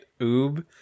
oob